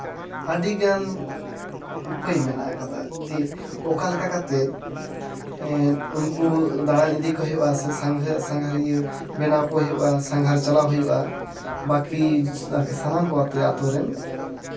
ᱟᱹᱰᱤᱜᱟᱱ ᱩᱯᱟᱹᱭ ᱢᱮᱱᱟᱜ ᱠᱟᱫᱟ ᱡᱮ ᱚᱠᱟ ᱞᱮᱠᱟ ᱠᱟᱛᱮᱫ ᱩᱱᱠᱩ ᱫᱟᱬᱟᱱ ᱤᱫᱤ ᱠᱚ ᱦᱩᱭᱩᱜᱼᱟ ᱥᱮ ᱥᱟᱸᱜᱷᱟ ᱥᱟᱸᱜᱷᱟᱨᱤᱭᱟᱹ ᱵᱮᱱᱟᱣ ᱠᱚ ᱦᱩᱭᱩᱜᱼᱟ ᱥᱟᱸᱜᱷᱟᱨ ᱪᱟᱞᱟᱜ ᱦᱩᱭᱩᱜᱼᱟ ᱵᱟᱹᱠᱤ ᱥᱟᱱᱟᱢ ᱠᱚ ᱟᱛᱮᱜ ᱟᱹᱛᱩ ᱨᱮᱱ